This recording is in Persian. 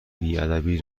بیادبی